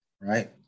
right